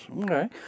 Okay